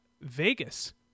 Vegas